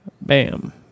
bam